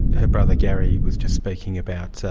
her brother gary was just speaking about